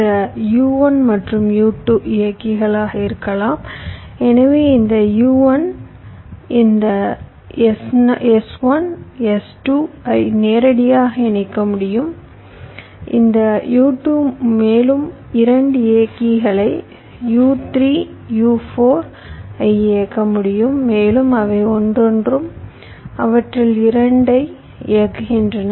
இந்த U1 மற்றும் U2 இயக்கிகளாக இருக்கலாம் எனவே இந்த U1 இந்த S1 S2 ஐ நேரடியாக இயக்க முடியும் இந்த U2 மேலும் 2 இயக்கிகளை U3 U4 ஐ இயக்க முடியும் மேலும் அவை ஒவ்வொன்றும் அவற்றில் 2 ஐ இயக்குகின்றன